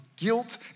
guilt